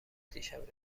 دیشب